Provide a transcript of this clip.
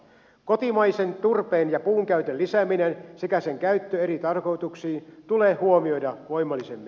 kotimaisen turpeen ja puun käytön lisääminen sekä sen käyttö eri tarkoituksiin tulee huomioida voimallisemmin